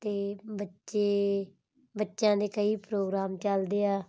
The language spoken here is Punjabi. ਚੱਤੇ ਬੱਚੇ ਬੱਚਿਆਂ ਦੇ ਕਈ ਪ੍ਰੋਗਰਾਮ ਚੱਲਦੇ ਆ